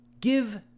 give